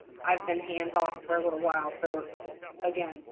i've been hands-off for a little while. so again,